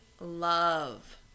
love